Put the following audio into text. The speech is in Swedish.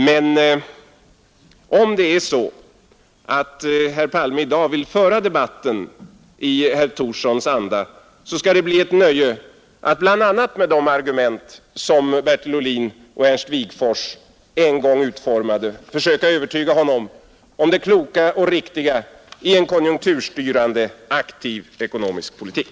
Men om det är så att herr Palme i dag vill föra debatten i herr Thorssons anda, skall det bli ett nöje att, bl.a. med de argument som Bertil Ohlin och Ernst Wigforss en gång utformade, försöka övertyga honom om det kloka och riktiga i en konjunkturstyrande, aktiv ekonomisk politik.